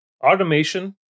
automation